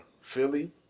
Philly